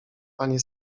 panie